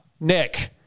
Nick